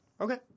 Okay